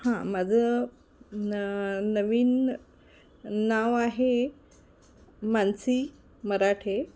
हां माझं न नवीन नाव आहे मानसी मराठे